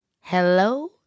Hello